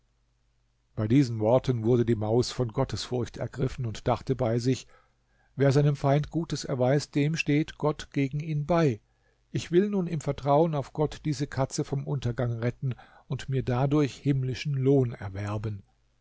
bei diesen worten wurde die maus von gottesfurcht ergriffen und dachte bei sich wer seinem feind gutes erweist dem steht gott gegen ihn bei ich will nun im vertrauen auf gott diese katze vom untergang retten und mir dadurch himmlischen lohn erwerben